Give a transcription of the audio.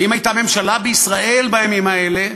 ואם הייתה ממשלה בישראל בימים האלה,